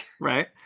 right